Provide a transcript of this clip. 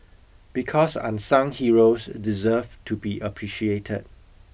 because unsung heroes deserve to be appreciated